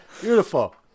Beautiful